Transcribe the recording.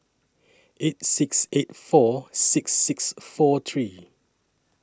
eight six eight four six six four three